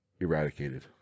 eradicated